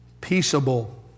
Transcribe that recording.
peaceable